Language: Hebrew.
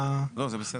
לא, לא.